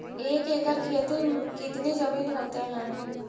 एक एकड़ खेत कितनी जमीन होते हैं?